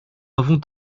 avons